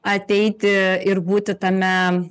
ateiti ir būti tame